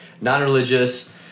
non-religious